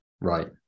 Right